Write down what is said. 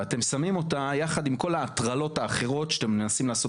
ואתם שמים אותה יחד עם כל ההטרלות האחרות שאתם מנסים לעשות